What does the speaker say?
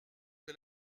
que